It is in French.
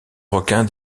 requin